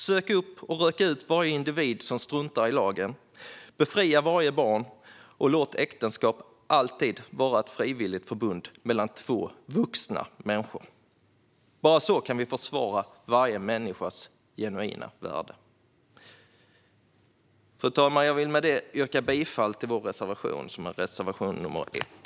Sök upp och rök ut vare individ som struntar i lagen. Befria varje barn och låt äktenskapet alltid vara ett frivilligt förbund mellan två vuxna människor! Bara så kan vi försvara varje människas genuina värde. Fru talman! Med det yrkar jag bifall till vår reservation nr 1.